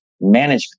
management